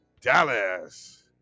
Dallas